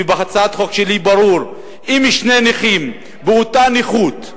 ובהצעת החוק שלי ברור: אם שני נכים באותה נכות,